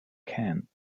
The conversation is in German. can